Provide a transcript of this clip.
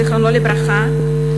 זיכרונו לברכה,